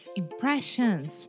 impressions